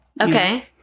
Okay